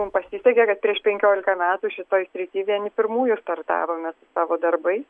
mum pasisekė kad prieš penkiolika metų šitoj srity vieni pirmųjų startavome su savo darbais